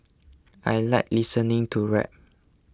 I like listening to rap